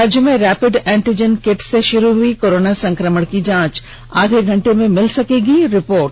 राज्य में rapid antigen kit से शुरू हुई कोरोना संक्रमण की जांच आधे घंटे में मिल सकेगी रिपोर्ट